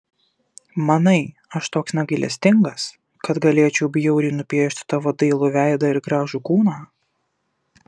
manai aš toks negailestingas kad galėčiau bjauriai nupiešti tavo dailų veidą ir gražų kūną